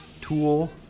Tool